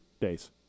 days